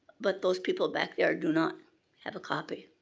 but those people back there do not have a copy.